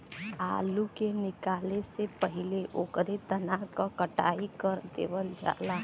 आलू के निकाले से पहिले ओकरे तना क कटाई कर देवल जाला